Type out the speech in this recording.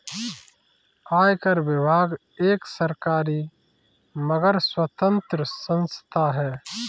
आयकर विभाग एक सरकारी मगर स्वतंत्र संस्था है